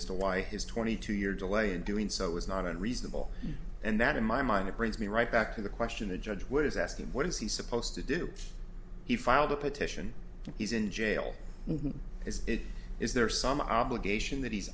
as to why his twenty two year delay in doing so is not unreasonable and that in my mind that brings me right back to the question the judge was asking what is he supposed to do he filed the petition he's in jail is is there some obligation that he's